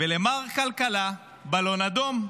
ולמר כלכלה בלון אדום.